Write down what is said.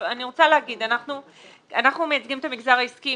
אני רוצה לומר שאנחנו מייצגים את המגזר העסקי.